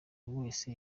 wese